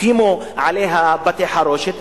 הקימו עליה בתי-חרושת,